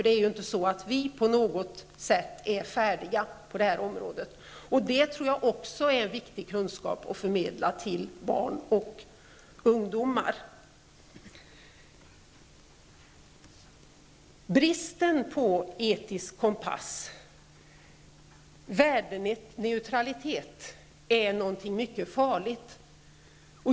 Det är ju inte så att vi på något sätt är färdiga på det här området. Det tror jag också är en viktig kunskap att förmedla till barn och ungdomar. Bristen på etisk kompass, värdeneutralitet, är någonting mycket farligt.